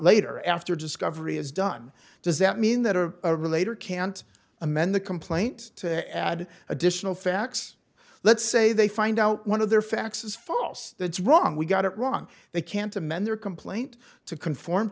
later after discovery is done does that mean that or relator can't amend the complaint to add additional facts let's say they find out one of their facts is false that's wrong we got it wrong they can't amend their complaint to conform